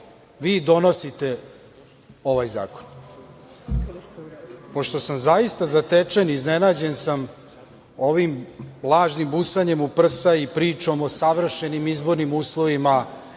vi donosite ovaj zakon? Pošto sam zaista zatečen i iznenađen sam ovim lažnim busanjem u prsa i pričom o savršenim izbornim uslovima